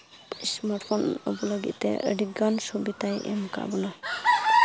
smart phone ᱟᱵᱚ ᱞᱟᱹᱜᱤᱫ ᱛᱮ ᱟᱹᱰᱤᱜᱟᱱ ᱥᱩᱵᱤᱫᱷᱟᱭ ᱮᱢ ᱠᱟᱜ ᱵᱚᱱᱟ